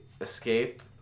escape